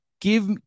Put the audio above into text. Give